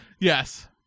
yes